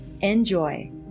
enjoy